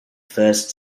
first